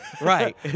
Right